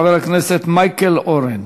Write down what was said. חבר הכנסת מייקל אורן.